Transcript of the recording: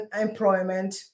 employment